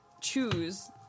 choose